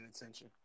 attention